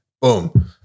boom